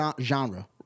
genre